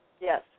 Yes